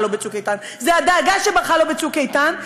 לו ב"צוק איתן"; זו הדאגה שברחה לו ב"צוק איתן",